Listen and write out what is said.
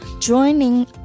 Joining